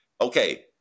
Okay